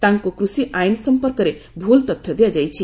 ତାଙ୍କୁ କୃଷି ଆଇନ ସମ୍ପର୍କରେ ଭୁଲ ତଥ୍ୟ ଦିଆଯାଇଛି